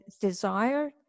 desire